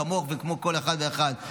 כמוך וכמו כל אחד ואחד,